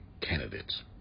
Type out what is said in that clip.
candidates